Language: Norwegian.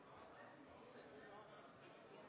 representanten